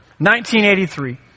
1983